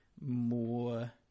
more